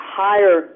higher